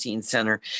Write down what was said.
center